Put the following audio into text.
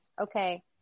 Okay